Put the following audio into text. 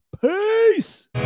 Peace